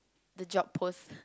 the job post